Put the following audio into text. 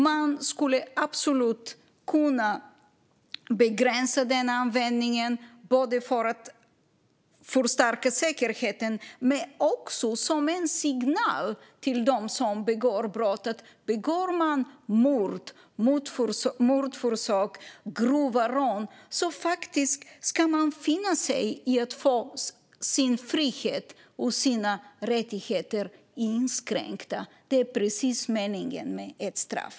Man skulle absolut kunna begränsa denna användning för att öka säkerheten men också som en signal till dem som begår brott: Begår man mord, mordförsök eller grova rån får man faktiskt finna sig i att få sin frihet och sina rättigheter inskränkta. Det är precis det som är meningen med ett straff.